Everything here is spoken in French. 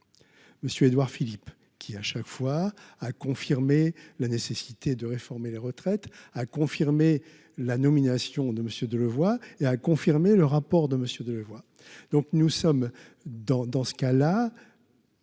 Édouard Philippe qui, à chaque fois, a confirmé la nécessité de réformer les retraites, a confirmé la nomination de Monsieur Delevoye et a confirmé le rapport de monsieur Delevoye, donc nous sommes dans dans ce cas-là.